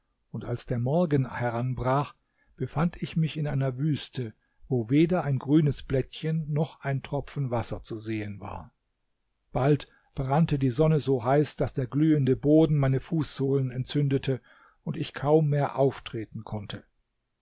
und als der morgen heranbrach befand ich mich in einer wüste wo weder ein grünes blättchen noch ein tropfen wasser zu sehen war bald brannte die sonne so heiß daß der glühende boden meine fußsohlen entzündete und ich kaum mehr auftreten konnte